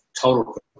total